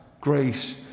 grace